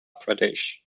pradesh